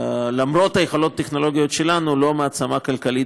למרות היכולות הטכנולוגיות שלנו אנחנו לא מעצמה כלכלית